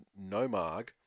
Nomarg